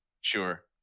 Sure